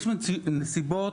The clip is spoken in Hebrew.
יש נסיבות